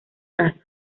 caso